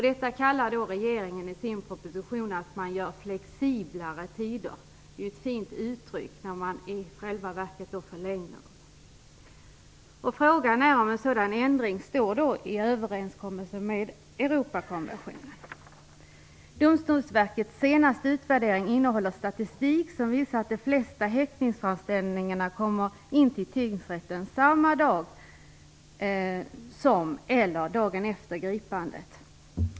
Detta kallar regeringen i sin proposition för att man inför flexiblare tider. Det är ju ett fint uttryck, när man i själva verket förlänger dem. Frågan är om en sådan ändring står i överensstämmelse med Domstolsverkets senaste utvärdering innehåller statistik som visar att de flesta häktningsframställningar kommer in till tingsrätten samma dag eller dagen efter gripandet.